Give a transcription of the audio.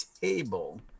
table